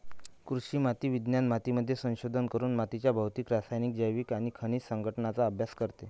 कृषी माती विज्ञान मातीमध्ये संशोधन करून मातीच्या भौतिक, रासायनिक, जैविक आणि खनिज संघटनाचा अभ्यास करते